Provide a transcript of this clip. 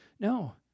No